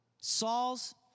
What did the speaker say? Saul's